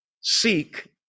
seek